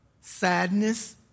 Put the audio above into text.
Sadness